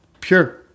pure